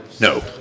No